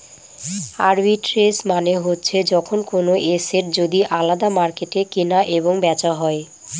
arbitrage মানে হচ্ছে যখন কোনো এসেট যদি আলাদা মার্কেটে কেনা এবং বেচা হয়